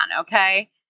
Okay